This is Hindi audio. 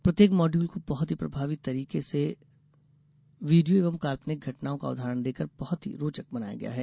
प्रत्येक मॉडयूल को बहुत ही प्रभावी तरीके से वीडियों एवं काल्पनिक घटनाओ का उदाहरण देकर बहुत ही रोचक बनाया गया है